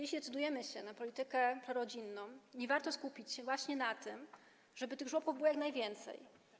Jeśli decydujemy się na politykę prorodzinną, może warto skupić się na tym, żeby tych żłobków było jak najwięcej?